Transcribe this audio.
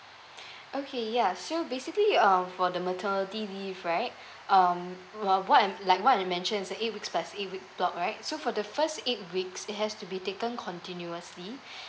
okay ya so basically um for the maternity leave right um uh what I'm like what I mention is eight week plus eight week block right so for the first eight weeks it has to be taken continuously